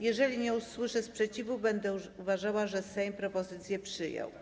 Jeżeli nie usłyszę sprzeciwu, będę uważała, że Sejm propozycje przyjął.